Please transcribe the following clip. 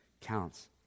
counts